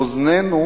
אוזנינו